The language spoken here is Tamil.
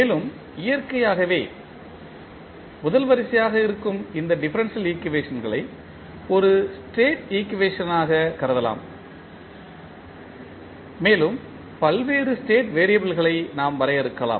மேலும் இயற்கையாகவே முதல் வரிசையாக இருக்கும் இந்த டிஃபரன்ஷியல் ஈக்குவேஷன்களை ஒரு ஸ்டேட் ஈக்குவேஷன்டாகக் கருதலாம் மேலும் பல்வேறு ஸ்டேட் வெறியபிள்களை நாம் வரையறுக்கலாம்